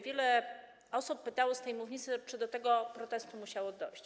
Wiele osób pytało z tej mównicy, czy do tego protestu musiało dojść.